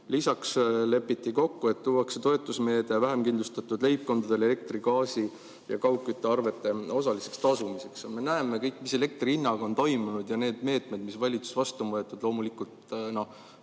Lisaks lepiti kokku, et luuakse toetusmeede vähem kindlustatud leibkondadele, elektri-, gaasi- ja kaugküttearvete osaliseks tasumiseks. No me näeme kõik, mis elektri hinnaga on toimunud, ja need meetmed, mis valitsus vastu on võetud, loomulikult,